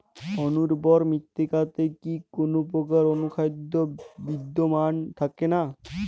অনুর্বর মৃত্তিকাতে কি কোনো প্রকার অনুখাদ্য বিদ্যমান থাকে না?